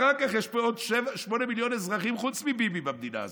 אחר כך יש פה עוד שמונה מיליון אזרחים חוץ מביבי במדינה הזאת.